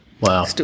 Wow